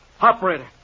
Operator